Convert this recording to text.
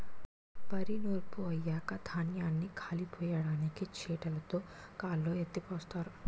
వరి నూర్పు అయ్యాక ధాన్యాన్ని గాలిపొయ్యడానికి చేటలుతో గాల్లో ఎత్తిపోస్తారు